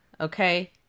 Okay